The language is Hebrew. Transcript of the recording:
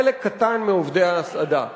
חלק קטן מעובדי ההסעדה.